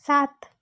सात